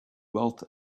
wealth